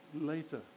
later